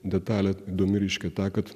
detalė įdomi reiškia ta kad